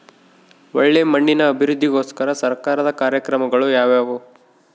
ಒಳ್ಳೆ ಮಣ್ಣಿನ ಅಭಿವೃದ್ಧಿಗೋಸ್ಕರ ಸರ್ಕಾರದ ಕಾರ್ಯಕ್ರಮಗಳು ಯಾವುವು?